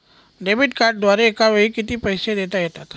Debit कार्डद्वारे एकावेळी किती पैसे देता येतात?